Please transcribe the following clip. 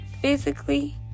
physically